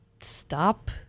stop